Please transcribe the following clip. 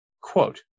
quote